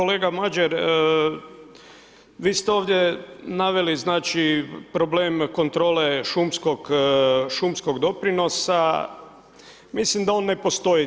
Kolega Madjer, vi ste ovdje naveli problem kontrole šumskog doprinosa, mislim da on ne postoji.